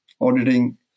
auditing